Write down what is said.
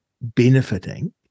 benefiting